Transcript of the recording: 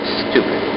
stupid